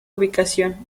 ubicación